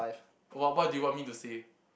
what what do you want me to say